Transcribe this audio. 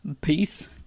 peace